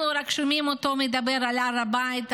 אנחנו שומעים אותו מדבר רק על הר הבית,